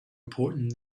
important